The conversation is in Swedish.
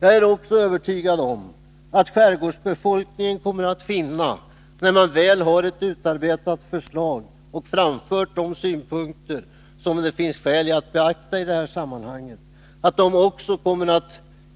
Jag är också övertygad om att skärgårdsbefolkningen kommer att finna, när man väl har ett utarbetat förslag och framfört de synpunkter som det finns skäl att beakta i sammanhanget, att den